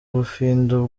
bufindo